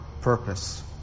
purpose